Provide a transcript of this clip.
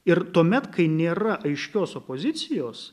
ir tuomet kai nėra aiškios opozicijos